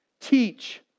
Teach